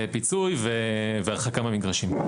פיצוי והרחקה מהמגרשים.